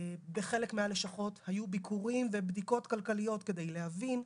בחלק מהלשכות היו ביקורים ובדיקות כלכליות כדי להבין,